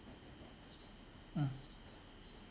mm